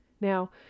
Now